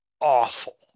awful